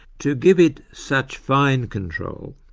to give it such fine control,